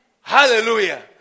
Hallelujah